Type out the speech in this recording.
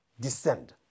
descend